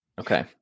Okay